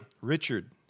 Richard